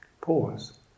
pause